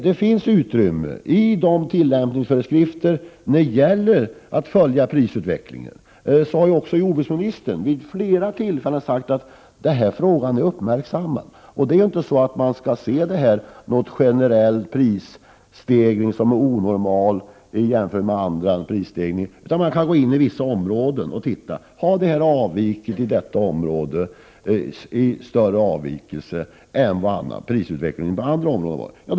Det finns utrymme i tillämpningsföreskrifterna för att följa prisutvecklingen. Jordbruksministern har också vid flera tillfällen sagt att frågan är uppmärksammad. Man skall inte se detta som någon generell prisstegring som är onormal jämförd med andra prisstegringar, utan man kan gå in på vissa områden och titta. Har vi större avvikelser i prisutvecklingen på detta område än på andra?